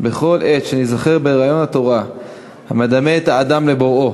בכל עת שניזכר ברעיון התורה המדמה את האדם לבוראו.